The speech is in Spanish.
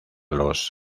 los